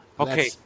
Okay